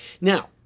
Now